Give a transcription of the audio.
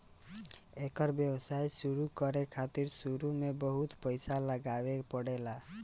एकर व्यवसाय शुरु करे खातिर शुरू में बहुत पईसा लगावे के पड़ेला